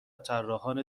طراحان